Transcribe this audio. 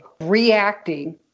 reacting